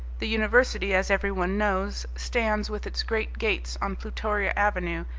the university, as everyone knows, stands with its great gates on plutoria avenue,